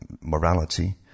morality